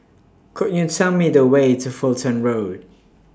Could YOU Tell Me The Way to Fulton Road